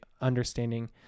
understanding